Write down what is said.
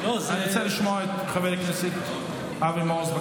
אני רוצה לשמוע את חבר הכנסת אבי מעוז.